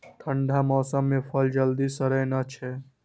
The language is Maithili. ठंढा मौसम मे फल जल्दी सड़ै नै छै